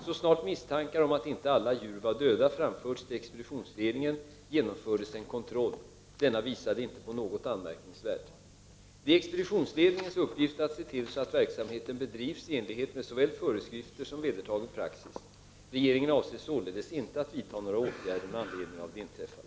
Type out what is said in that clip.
Så snart misstankar om att inte alla djur var döda framförts till expeditionsledningen genomfördes en kontroll. Denna visade inte på något anmärkningsvärt. Det är expeditionsledningens uppgift att se till att verksamheten bedrivs i enlighet med såväl föreskrifter som vedertagen praxis. Regeringen avser således inte att vidta några åtgärder med anledning av det inträffade.